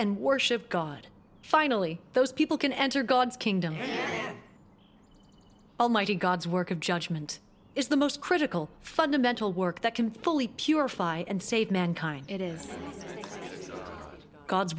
and worship god finally those people can enter god's kingdom almighty god's work of judgment is the most critical fundamental work that can fully purify and save mankind it is god's